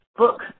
book